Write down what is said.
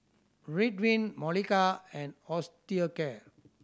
Ridwind Molicare and Osteocare